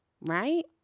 right